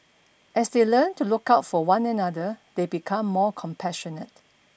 as they learn to look out for one another they become more compassionate